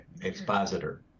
expositor